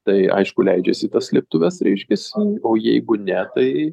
tai aišku leidžiasi į tas slėptuves reiškiasi o jeigu ne tai